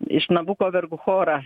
iš nabuko vergų chorą